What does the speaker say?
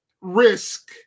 risk